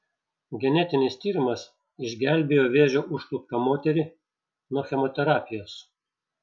genetinis tyrimas išgelbėjo vėžio užkluptą moterį nuo chemoterapijos